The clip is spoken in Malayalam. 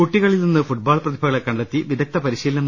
കുട്ടികളിൽ നിന്ന് ഫുട്ബോൾ പ്രതിഭകളെ കണ്ടെത്തി വിദഗ്ദ്ധ പരിശീലനം